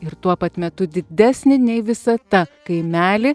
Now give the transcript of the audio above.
ir tuo pat metu didesnį nei visata kaimelį